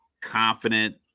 confident